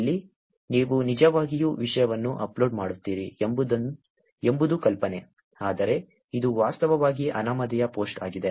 ಇಲ್ಲಿ ನೀವು ನಿಜವಾಗಿಯೂ ವಿಷಯವನ್ನು ಅಪ್ಲೋಡ್ ಮಾಡುತ್ತೀರಿ ಎಂಬುದು ಕಲ್ಪನೆ ಆದರೆ ಇದು ವಾಸ್ತವವಾಗಿ ಅನಾಮಧೇಯ ಪೋಸ್ಟ್ ಆಗಿದೆ